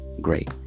great